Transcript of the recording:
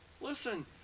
Listen